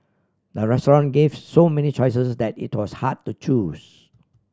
the restaurant gave so many choices that it was hard to choose